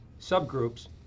subgroups